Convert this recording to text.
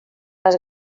les